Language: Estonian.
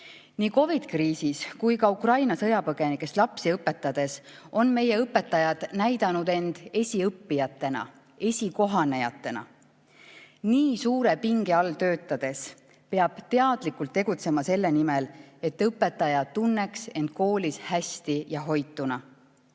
Nii COVID-kriisis kui ka Ukraina sõjapõgenikest lapsi õpetades on meie õpetajad näidanud end esiõppijatena, esikohanejatena. Nii suure pinge all töötades peab teadlikult tegutsema selle nimel, et õpetaja tunneks end koolis hästi ja hoituna. Mida